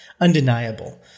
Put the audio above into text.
undeniable